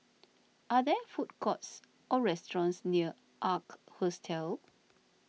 are there food courts or restaurants near Ark Hostel